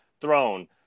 throne